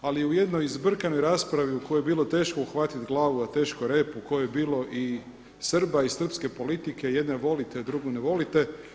Ali u jednoj zbrkanoj raspravi u kojoj je bilo teško uhvatiti glavu, a teško rep, u kojoj je bilo i Srba i srpske politike, jedne volite, drugu ne volite.